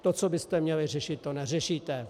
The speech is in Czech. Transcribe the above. To, co byste měli řešit, to neřešíte.